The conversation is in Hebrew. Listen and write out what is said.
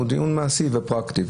זה דיון מעשי ופרקטי.